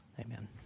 Amen